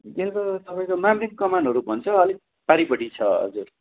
गेलको तपाईँको मामरिङ कमानहरू भन्छ अलिक पारिपट्टि छ हजुर